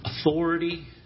authority